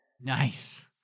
Nice